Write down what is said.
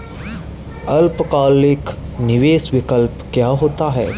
अल्पकालिक निवेश विकल्प क्या होता है?